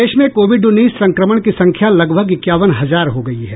प्रदेश में कोविड उन्नीस संक्रमण की संख्या लगभग इक्यावन हजार हो गयी है